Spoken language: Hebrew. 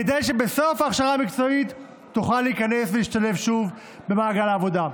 כדי שבסוף ההכשרה המקצועית תוכל להיכנס ולהשתלב שוב במעגל העבודה.